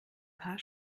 paar